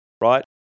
right